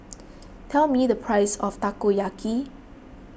tell me the price of Takoyaki